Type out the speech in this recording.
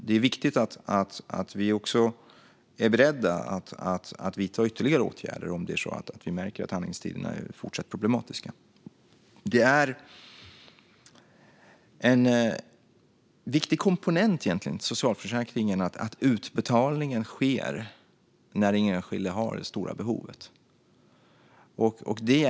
Vi måste också vara beredda att vidta ytterligare åtgärder om vi märker att handläggningstiderna fortsätter att vara problematiska. En viktig komponent i socialförsäkringen är att utbetalningen sker när den enskilde har behov av den.